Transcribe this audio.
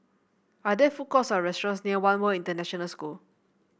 are there food courts or restaurants near One World International School